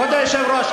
כבוד היושב-ראש,